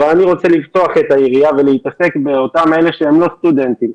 אבל אני רוצה לפתוח את היריעה ולהתמקד באלו שאינם סטודנטים,